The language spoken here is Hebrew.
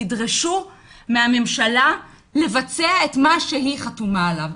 תדרשו מהממשלה לבצע את מה שהיא חתומה עליו.